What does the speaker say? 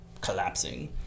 collapsing